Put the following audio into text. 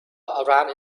around